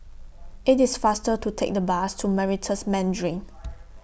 IT IS faster to Take The Bus to Meritus Mandarin